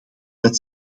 dat